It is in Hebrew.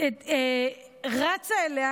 רצה אליה,